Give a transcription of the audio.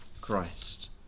Christ